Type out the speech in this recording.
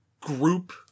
group